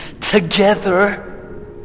together